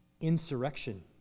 Insurrection